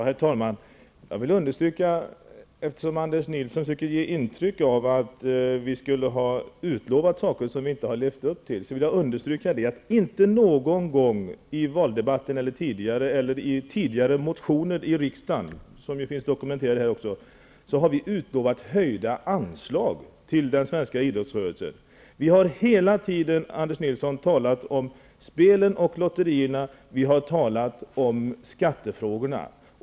Herr talman! Eftersom Anders Nilsson söker ge ett intryck av att vi skulle ha utlovat saker som vi inte har levt upp till, vill jag understryka att vi inte någon gång i valdebatten, eller i tidigare motioner i riksdagen, som ju här också finns dokumenterade, har utlovat höjda anslag till den svenska idrottsrörelsen. Vi har hela tiden, Anders Nilsson, talat om spelen och lotterierna, och om skattefrågorna.